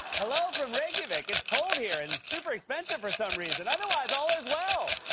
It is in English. hello from reykjavik! it's cold here, and super expensive for some reason. otherwise, all is well!